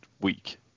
week